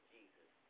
Jesus